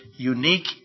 unique